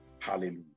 Hallelujah